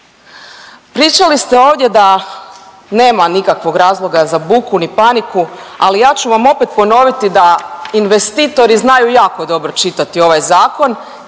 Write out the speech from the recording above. Pričali ste ovdje da nema nikakvog razloga za buku, ni paniku, ali ja ću vam opet ponoviti da investitori znaju jako dobro čitati ovaj zakon,